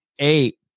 Eight